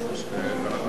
אמרו: תשמע, זה קצת מוזר.